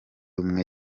umwe